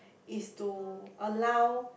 it's to allow